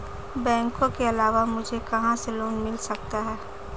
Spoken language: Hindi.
बैंकों के अलावा मुझे कहां से लोंन मिल सकता है?